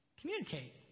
communicate